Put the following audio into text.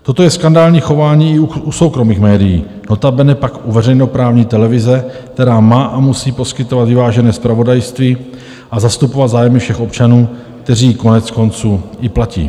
Toto je skandální chování i u soukromých médií, notabene pak u veřejnoprávní televize, která má a musí poskytovat vyvážené zpravodajství a zastupovat zájmy všech občanů, kteří ji koneckonců i platí.